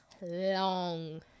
long